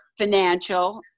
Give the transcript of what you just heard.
financial